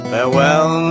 Farewell